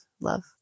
love